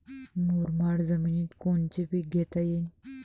मुरमाड जमिनीत कोनचे पीकं घेता येईन?